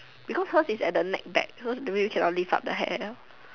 because hers is at the neck back so that means cannot lift up the hair liao